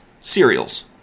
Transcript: cereals